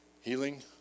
healing